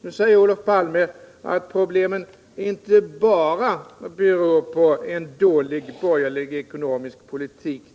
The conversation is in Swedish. Nu säger Olof Palme att problemen inte bara beror på en dålig borgerlig ekonomisk politik.